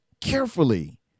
carefully